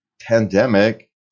pandemic